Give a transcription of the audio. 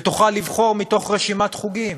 ותוכל לבחור מתוך רשימת חוגים.